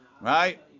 Right